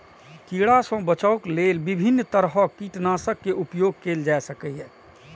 कीड़ा सं बचाव लेल विभिन्न तरहक कीटनाशक के उपयोग कैल जा सकैए